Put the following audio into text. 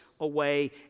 away